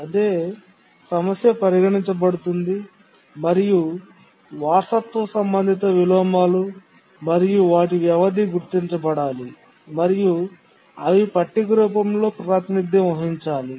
అదే సమస్య పరిగణించబడుతుంది మరియు వారసత్వ సంబంధిత విలోమాలు మరియు వాటి వ్యవధి గుర్తించబడాలి మరియు అవి పట్టిక రూపంలో ప్రాతినిధ్యం వహించాలి